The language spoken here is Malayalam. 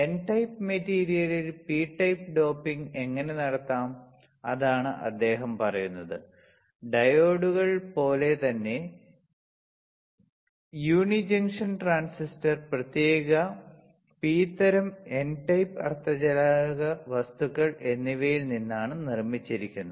എൻ ടൈപ്പ് മെറ്റീരിയലിൽ പി ടൈപ്പ് ഡോപ്പിംഗ് എങ്ങനെ നടത്താം അതാണ് അദ്ദേഹം പറയുന്നത് ഡയോഡുകൾ പോലെ തന്നെ യൂണി ജംഗ്ഷൻ ട്രാൻസിസ്റ്റർ പ്രത്യേക പി തരം എൻ ടൈപ്പ് അർദ്ധചാലക വസ്തുക്കൾ എന്നിവയിൽ നിന്നാണ് നിർമ്മിച്ചിരിക്കുന്നത്